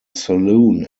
saloon